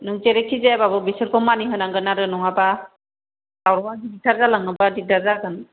नों जेरैखिजायाबाबो बिसोरखौ मानिहोनांगोन आरो नङाबा दावरावआ गिदिरथार जालाङोबा दिगदार जागोन